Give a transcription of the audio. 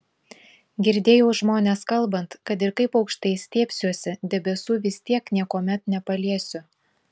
girdėjau žmones kalbant kad ir kaip aukštai stiebsiuosi debesų vis tiek niekuomet nepaliesiu